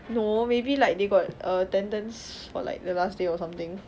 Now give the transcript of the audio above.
no maybe like they got err attendance for like the last day or something